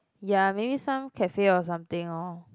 ya maybe some cafe or something lor